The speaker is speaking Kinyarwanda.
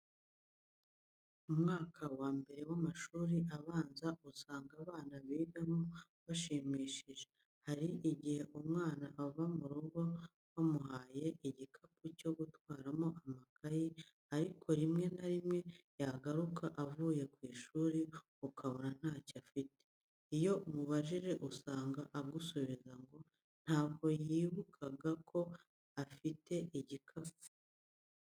Mu mwaka wa mbere w'amashuri abanza usanga abana bigamo bashimishije. Hari igihe umwana ava mu rugo wamuhaye igikapu cyo gutwaramo amakayi ariko rimwe na rimwe yagaruka avuye ku ishuri ukabona ntacyo afite. Iyo umubajije usanga agusubiza ngo ntabwo yibukaga ko afite igikapu.